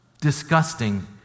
disgusting